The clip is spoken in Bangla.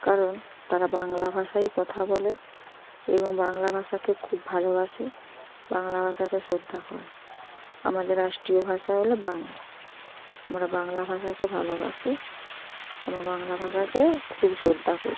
কারণ তারা বাংলা ভাষায় কথা বলে এবং বাংলা ভাষাকে খুব ভালোবাসে বাংলা ভাষাকে শ্রদ্ধা করে আমাদের রাষ্ট্রীয় ভাষা হলো বাংলা আমরা বাংলা ভাষাকে ভালোবাসি আমরা বাংলা ভাষাকে খুব শ্রদ্ধা করি